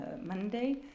Monday